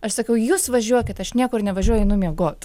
aš sakiau jus važiuokit aš niekur nevažiuoju einu miegot